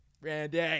Randy